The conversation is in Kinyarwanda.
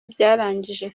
byarangije